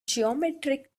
geometric